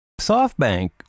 SoftBank